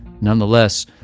nonetheless